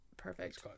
Perfect